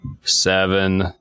Seven